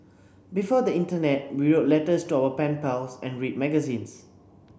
before the internet we wrote letters to our pen pals and read magazines